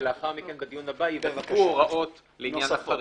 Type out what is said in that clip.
ולאחר מכן בדיון הבא יתוספו הוראות לעניין החריג.